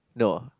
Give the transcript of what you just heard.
no